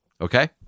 okay